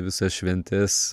visas šventes